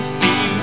see